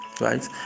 right